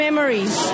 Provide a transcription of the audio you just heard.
Memories